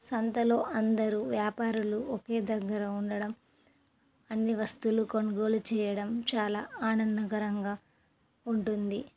సంతలో అందరూ వ్యాపారులు ఒకే దగ్గర ఉండడం అన్ని వస్తువులు కొనుగోలు చేయడం చాలా ఆనందకరంగా ఉంటుంది